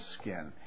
skin